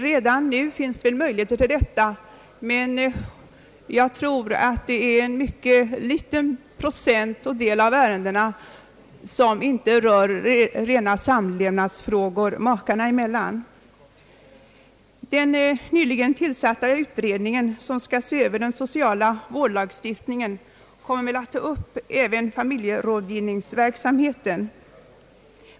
Redan nu finns möjligheter till sådan rådgivning, men jag tror att det är en mycket liten del av ärendena som inte rör rena samlevnadsfrågor makar emellan. Den nyligen tillsatta utredningen som skall se över den sociala vårdlagstiftningen kommer även att ta upp familjerådgivningsverksamheten.